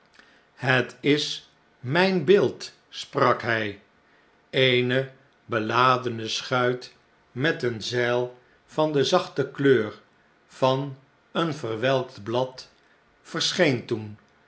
het is mn'n beeld l sprak hy eene beladene schuit met een zeil van de zachte kleur van een verwelkt blad verscheen toen